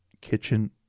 kitchen